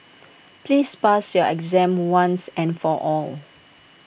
please pass your exam once and for all